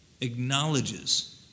acknowledges